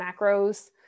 macros